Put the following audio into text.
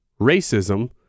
racism